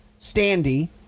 Standy